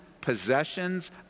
possessions